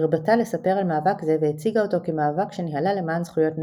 הרבתה לספר על מאבק זה והציגה אותו כמאבק שניהלה למען זכויות נשים.